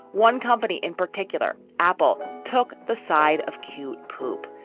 one company in particular, apple, took the side of cute poop,